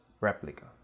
Replica